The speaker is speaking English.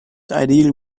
ideal